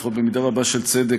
בעיני לפחות במידה רבה של צדק,